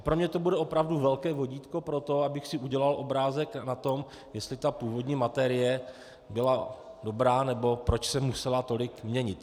Pro mě to bude opravdu velké vodítko pro to, abych si udělal obrázek o tom, jestli ta původní materie byla dobrá nebo proč se musela tolik měnit.